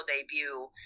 debut